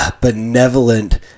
Benevolent